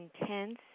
intense